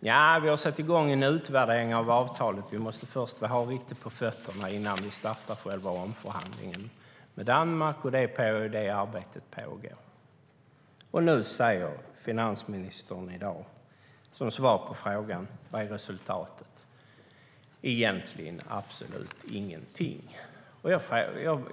Vi har satt i gång en utvärdering av avtalet. Vi måste först ha riktigt på fötterna innan vi startar själva omförhandlingen med Danmark, och det arbetet pågår. Nu säger finansministern i dag som svar på frågan om vad resultatet är egentligen absolut ingenting.